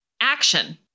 action